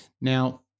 Now